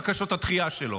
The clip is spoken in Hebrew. בקשות הדחייה שלו.